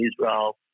Israel